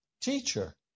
teacher